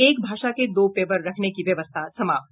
एक भाषा के दो पेपर रखने की व्यवस्था समाप्त